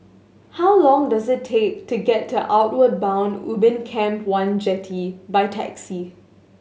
how long does it take to get to Outward Bound Ubin Camp One Jetty by taxi